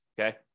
Okay